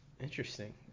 Interesting